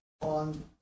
on